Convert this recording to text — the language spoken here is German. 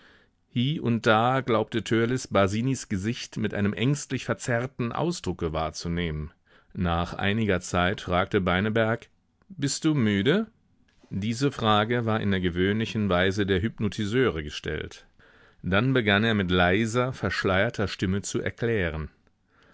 hie und da glaubte törleß basinis gesicht mit einem ängstlich verzerrten ausdrucke wahrzunehmen nach einiger zeit fragte beineberg bist du müde diese frage war in der gewöhnlichen weise der hypnotiseure gestellt dann begann er mit leiser verschleierter stimme zu erklären